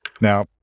Now